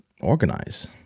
organize